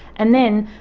and then